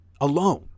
alone